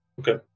Okay